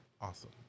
Awesome